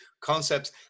concepts